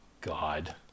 god